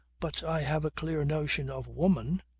but i have a clear notion of woman.